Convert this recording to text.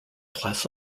class